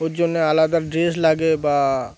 ওর জন্যে আলাদা ড্রেস লাগে বা